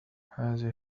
هذه